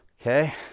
Okay